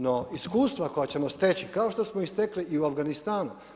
No, iskustva koja ćemo steći kao što smo i stekli i u Afganistanu.